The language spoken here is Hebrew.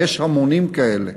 ויש המונים כאלה.